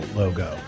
logo